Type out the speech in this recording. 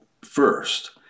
first